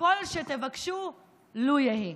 כל שתבקשו, לו יהי.